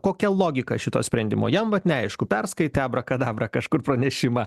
kokia logika šito sprendimo jam vat neaišku perskaitė abra kadabra kažkur pranešimą